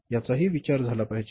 याचा हि विचार झाला पाहिजे